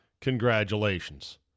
Congratulations